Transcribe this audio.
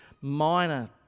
minor